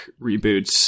reboots